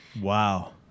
wow